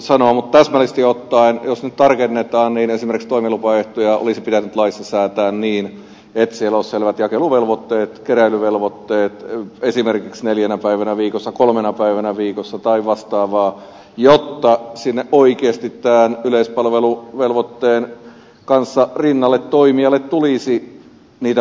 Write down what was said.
mutta täsmällisesti ottaen jos nyt tarkennetaan niin esimerkiksi toimilupaehtoja olisi pitänyt laissa säätää niin että siellä olisi selvät jakeluvelvoitteet keräilyvelvoitteet esimerkiksi neljänä päivänä viikossa kolmena päivänä viikossa tai vastaavaa jotta sinne oikeasti tämän yleispalveluvelvoitteen rinnalla toimijalle tulisi niitä velvoitteita